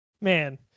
Man